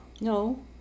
No